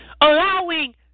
Allowing